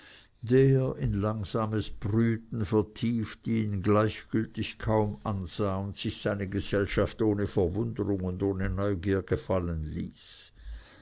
der in langsames brüten vertieft ihn gleichgültig kaum ansah und sich seine gesellschaft ohne verwunderung und ohne neugier gefallen ließ